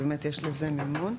באמת יש לזה מימון.